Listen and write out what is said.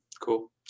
Cool